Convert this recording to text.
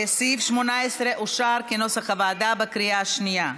סעיף 18 אושר, כנוסח הוועדה, בקריאה שנייה.